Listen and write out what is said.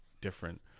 different